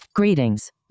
Greetings